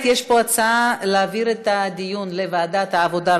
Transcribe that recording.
יש פה הצעה להעביר את הדיון לוועדת העבודה,